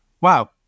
wow